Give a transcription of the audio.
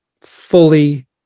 fully